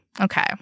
Okay